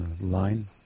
line